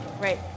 Right